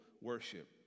worship